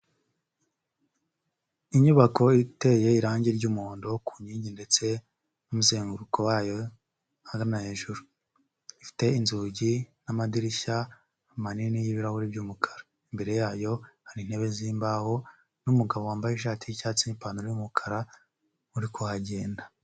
Inyubako iteye irange ry'umuhondo ku nkingi ndetse n'umuzenguruko wayo ahagana hejuru. Ifite inzugi n'amadirishya manini y'ibirahure by'umukara. Imbere yayo, hari intebe z'imbaho n'umugabo wambaye ishati y'icyatsi n'ipantaro y'umukara, uri kuhagenda.